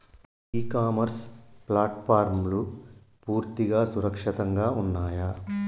ఇ commerce ప్లాట్ఫారమ్లు పూర్తిగా సురక్షితంగా ఉన్నయా?